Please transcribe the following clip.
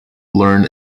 learn